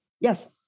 Yes